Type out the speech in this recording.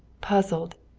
puzzled,